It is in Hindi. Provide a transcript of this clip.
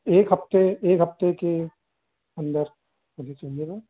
एक हफ़्ते एक हफ़्ते के अन्दर मुझे चहिएगा